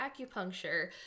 acupuncture